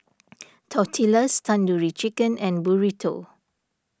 Tortillas Tandoori Chicken and Burrito